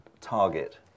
target